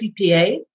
CPA